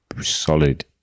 solid